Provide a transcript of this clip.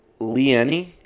Lienny